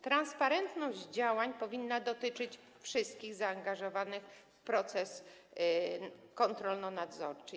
Transparentność działań powinna dotyczyć wszystkich zaangażowanych w proces kontrolno-nadzorczy.